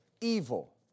evil